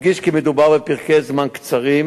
נדגיש כי מדובר בפרקי זמן קצרים,